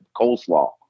Coleslaw